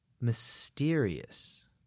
mysterious